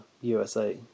USA